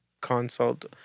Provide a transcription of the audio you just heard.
consult